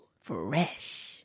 Fresh